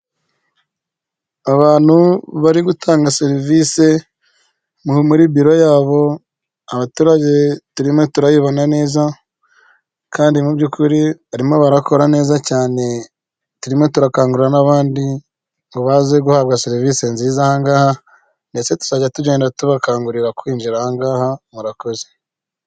Abantu bari gutanga serivisi muri biro yabo abaturage turimo turayibona neza kandi mu by'ukuri barimo barakora neza cyane turimo turakangurira n'abandi ngo baze guhabwa serivisi nziza ahangaha ndetse tuzajya tugenda tubakangurira kwinjira ahangaha murakoze .